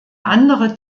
andere